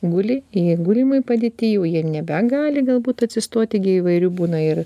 guli jie gulimoj padėty jau jie nebegali galbūt atsistoti gi įvairių būna ir